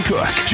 Cook